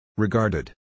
Regarded